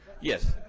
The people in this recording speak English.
yes